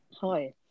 hi